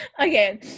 Okay